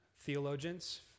theologians